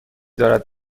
دارد